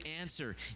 answer